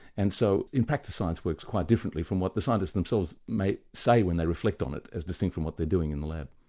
and so in practice, science works quite differently from what the scientists themselves may say when they reflect on it, as distinct from what they're doing in the lab.